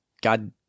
God